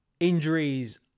injuries